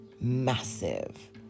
massive